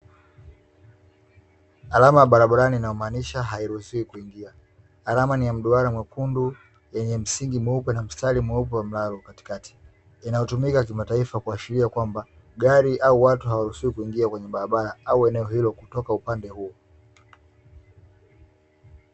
Alama ya barabarani inayomaanisha hairihusiwi kuingia. Alama ni ya mduara mwekundu, yenye msingi mweupe na mstari mweupe wa mlalo katikati, inayotumika kimataifa kuashiria kwamba gari au watu hawaruhusiwi kuingia kwenye barabara au eneo hilo kutoka upande huo.